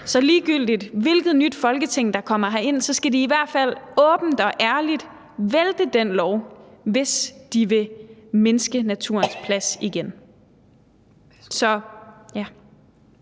så ligegyldigt hvilket nyt Folketing der kommer herind, skal de i hvert fald åbent og ærligt vælte den lov, hvis de vil mindske naturens plads igen. Kl.